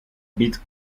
bit